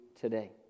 today